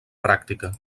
pràctica